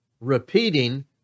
repeating